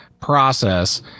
process